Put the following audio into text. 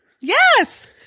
Yes